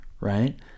right